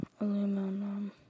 Aluminum